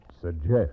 suggest